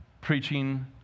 Preaching